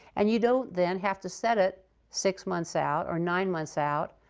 and you don't then have to set it six months out, or nine months out,